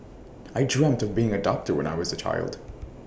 I dreamt of becoming A doctor when I was A child